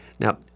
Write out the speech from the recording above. Now